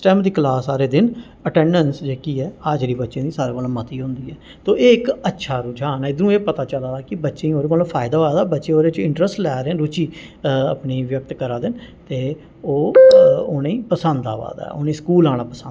stem दी class सारे दिन अटैडंस जेह्की ऐ हाज़री बच्चें दी सारें कोला मती होंदी ऐ तो एह् इ्क अच्छा रुझान ऐ इद्धरों एह् पता चला दा कि बच्चें गी ओह्दे कोला फायदा होआ दा बच्चे ओह्दे इंट्रैस्ट लै दे न रुचि अपनी व्यक्त करा दे न ते ओह् उ'नेंगी पसंद अवा दा ऐ उ'नेंगी स्कूल आना पसंद अवा दा ऐ